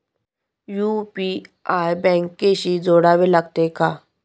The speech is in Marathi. यु.पी.आय बँकेशी जोडावे लागते का?